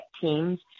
teams